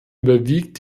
überwiegt